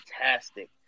fantastic